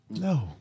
No